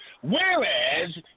Whereas